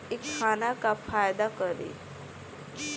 इ खाना का फायदा करी